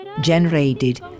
generated